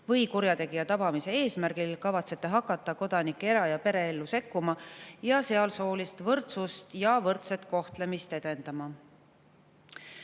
või kurjategija tabamise eesmärgil kavatsete hakata kodanike era- ja pereellu sekkuma ja seal soolist võrdsust ja võrdset kohtlemist edendama?